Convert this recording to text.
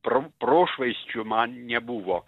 pro prošvaisčių man nebuvo